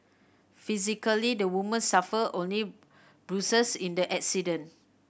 physically the woman suffered only bruises in the accident